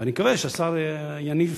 ואני מקווה שהשר יניף,